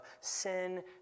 sin